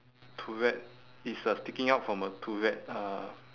turret it's uh sticking out from a turret uh